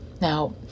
Now